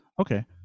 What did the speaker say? okay